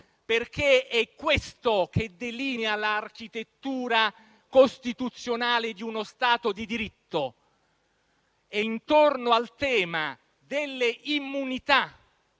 perché è questo che delinea l'architettura costituzionale di uno Stato di diritto. Intorno al tema delle immunità